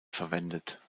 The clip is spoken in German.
verwendet